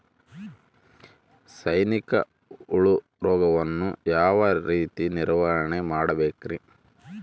ಸೈನಿಕ ಹುಳು ರೋಗವನ್ನು ಯಾವ ರೇತಿ ನಿರ್ವಹಣೆ ಮಾಡಬೇಕ್ರಿ?